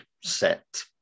set